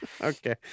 Okay